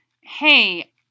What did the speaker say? hey